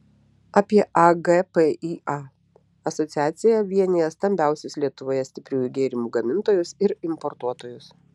apie agpįa asociacija vienija stambiausius lietuvoje stipriųjų gėrimų gamintojus ir importuotojus